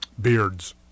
Beards